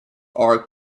are